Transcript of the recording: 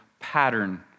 pattern